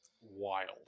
Wild